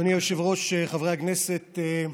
אדוני היושב-ראש, חברי הכנסת,